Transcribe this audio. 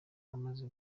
amaze